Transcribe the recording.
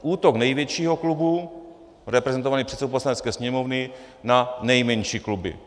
Útok největšího klubu, reprezentovaný předsedou Poslanecké sněmovny, na nejmenší kluby.